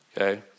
okay